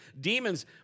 demons